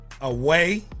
away